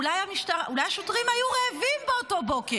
אולי השוטרים היו רעבים באותו בוקר.